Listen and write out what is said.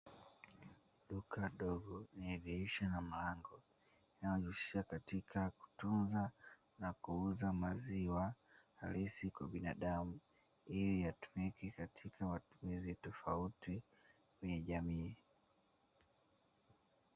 Duka dogo lenye dirisha na mlango linalojihusisha katika kutunza na kuuza maziwa halisi kwa binadamu. Ili yatumike katika matumizi tofauti katika jamii.